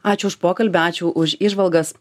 ačiū už pokalbį ačiū už įžvalgas